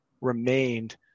remained